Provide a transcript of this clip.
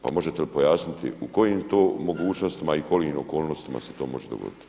Pa možete li pojasniti u kojim to mogućnostima i kojim okolnostima se to može dogoditi.